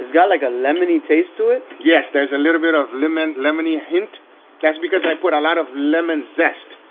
got like a lemony taste to it. yes there's a little bit of lemon lemony hint that's because i put a lot of lemon zest.